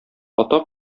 ата